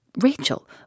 Rachel